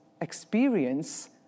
experience